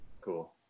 Cool